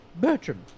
bertram